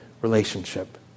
relationship